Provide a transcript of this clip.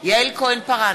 יעל כהן-פארן,